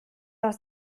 aus